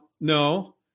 No